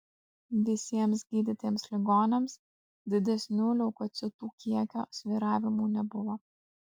visiems gydytiems ligoniams didesnių leukocitų kiekio svyravimų nebuvo